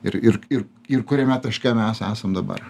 ir ir ir ir kuriame taške mes esam dabar